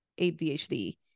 ADHD